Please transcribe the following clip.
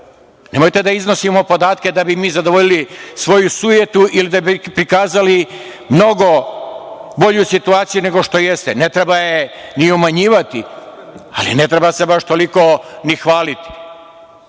nemojte da iznosimo podatke da bi mi zadovoljili svoju sujetu ili da bi prikazali mnogo bolju situaciju nego što jeste. Ne treba je ni umanjivati, ali ne treba se baš toliko ni hvaliti.